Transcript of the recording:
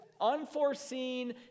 unforeseen